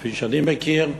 כפי שאני מכיר,